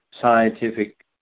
scientific